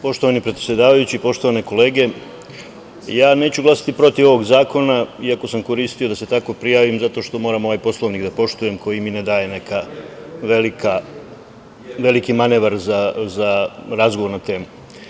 Poštovani predsedavajući, poštovane kolege, neću glasati protiv ovog zakona, iako sam koristio, da se tako prijavim, zato što moram ovaj Poslovnik da poštujem koji mi ne daje neka veliki manevar za razgovor na temu.